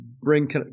bring